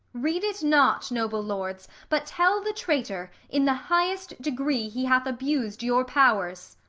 read it not, noble lords but tell the traitor, in the highest degree he hath abus'd your powers.